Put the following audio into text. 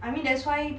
I mean that's why